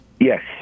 Yes